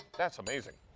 that's amazing.